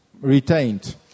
retained